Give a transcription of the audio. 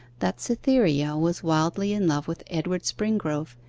that cytherea was wildly in love with edward springrove,